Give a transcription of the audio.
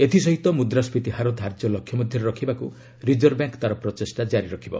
ଏଥିସହିତ ମୁଦ୍ରାସ୍କିତୀ ହାର ଧାର୍ଯ୍ୟ ଲକ୍ଷ୍ୟ ମଧ୍ୟରେ ରଖିବାକୁ ରିଜର୍ଭ ବ୍ୟାଙ୍କ ତା'ର ପ୍ରଚେଷ୍ଟା ଜାରି ରଖିବ